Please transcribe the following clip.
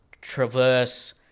Traverse